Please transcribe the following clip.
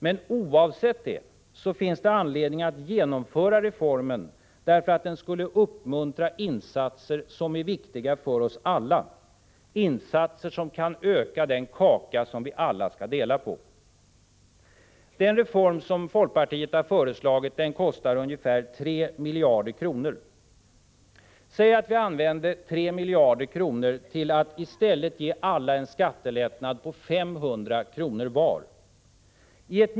Men oavsett detta finns det anledning att genomföra reformen därför att den skulle uppmuntra insatser som är viktiga för oss alla, insatser som kan öka den kaka vi alla skall dela. Den reform vi föreslagit kostar ungefär 3 miljarder kronor. Säg att vi i stället använder 3 miljarder för att ge alla en skattelättnad på 500 kr. var.